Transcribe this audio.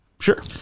Sure